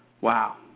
Wow